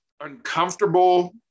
uncomfortable